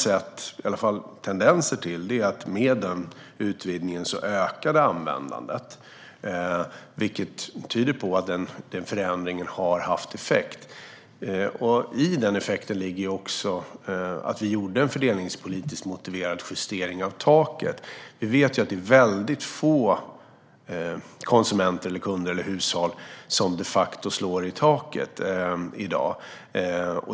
De tendenser vi har sett är att med denna utvidgning ökar användandet, vilket tyder på att denna förändring har haft effekt. I effekten ligger också att vi gjorde en fördelningspolitiskt motiverad justering av taket. Vi vet att det är väldigt få konsumenter, kunder eller hushåll som de facto slår i taket i dag.